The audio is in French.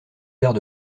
verres